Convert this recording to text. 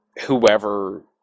whoever